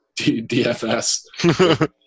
DFS